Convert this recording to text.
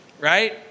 right